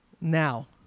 now